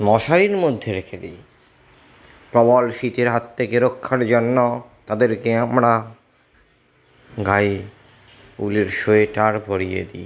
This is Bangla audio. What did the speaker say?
মশারির মধ্যে রেখে দিই প্রবল শীতের হাত থেকে রক্ষার জন্য তাদেরকে আমরা গায়ে উলের সোয়েটার পরিয়ে দিই